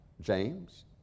James